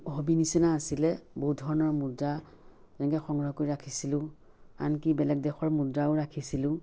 hobby নিচিনা আছিলে বহুত ধৰণৰ মুদ্ৰা তেনেকে সংগ্ৰহ কৰি ৰাখিছিলোঁ আনকি বেলেগ দেশৰ মুদ্ৰাও ৰাখিছিলোঁ